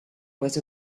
was